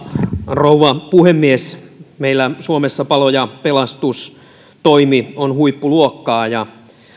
rouva puhemies meillä suomessa palo ja pelastustoimi on huippuluokkaa ja